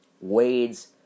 Wade's